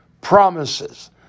promises